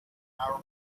our